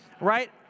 right